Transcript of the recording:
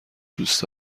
دوست